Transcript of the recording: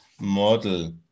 model